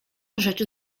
rzeczy